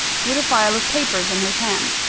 with a file of papers in his hand.